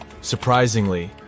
Surprisingly